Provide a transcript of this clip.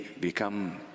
become